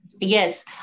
Yes